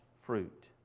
fruit